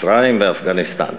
מצרים ואפגניסטן.